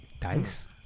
dice